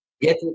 get